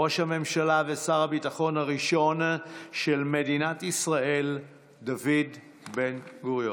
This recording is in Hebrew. ראש הממשלה ושר הביטחון הראשון של מדינת ישראל דוד בן-גוריון.